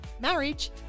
marriage